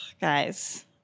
Guys